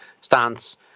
stance